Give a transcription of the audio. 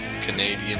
Canadian